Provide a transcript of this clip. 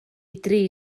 dri